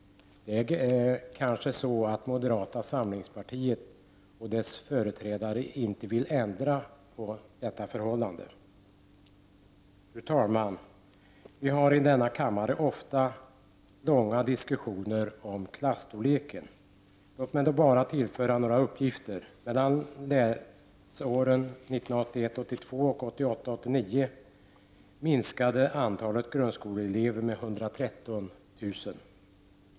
Det är kanske så att moderata samlingspartiet och dess företrädare inte vill ändra på den verklighet som speglades av dem? Fru talman! Vi har i denna kammare ofta långa diskussioner om klasstorleken. Låt mig då bara tillföra några uppgifter. Mellan läsåren 1981 89 minskade antalet grundskoleelever med 113 000.